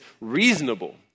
reasonable